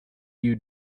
you